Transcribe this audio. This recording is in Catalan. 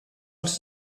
els